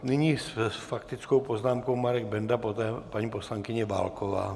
Nyní s faktickou poznámkou Marek Benda, poté paní poslankyně Válková.